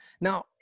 Now